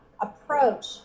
approach